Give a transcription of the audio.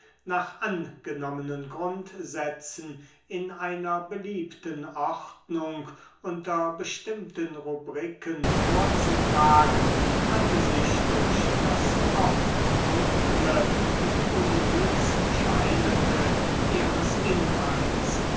nach angenommenen grundsätzen in einer beliebten ordnung unter bestimmten rubriken vorzutragen hatte sich durch das oft dunkle und unnützscheinende ihres inhalts